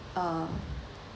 uh